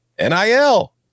nil